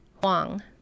Huang